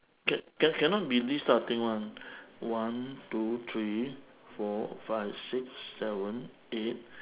can can cannot be this type of thing [one] one two three four five six seven eight